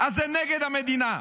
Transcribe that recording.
אז זה נגד המדינה?